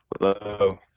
Hello